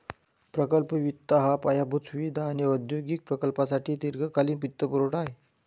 प्रकल्प वित्त हा पायाभूत सुविधा आणि औद्योगिक प्रकल्पांसाठी दीर्घकालीन वित्तपुरवठा आहे